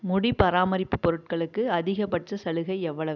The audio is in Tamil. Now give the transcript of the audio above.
முடி பராமரிப்பு பொருட்களுக்கு அதிகபட்ச சலுகை எவ்வளவு